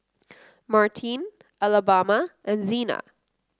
Martine Alabama and Zena